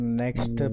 next